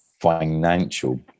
financial